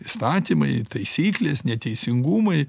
įstatymai taisyklės neteisingumai